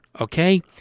okay